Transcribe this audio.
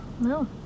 no